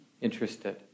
interested